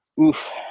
Oof